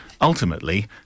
Ultimately